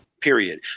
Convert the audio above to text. period